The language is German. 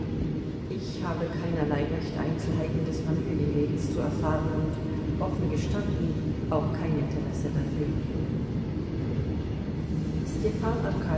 ich habe keinerlei recht einzelheiten des familienlebens zu erfahren und offen gestanden auch kein interesse dafür stepan